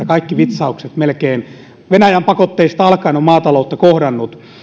kaikki vitsaukset venäjän pakotteista alkaen ovat maataloutta kohdanneet